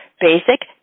basic